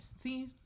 see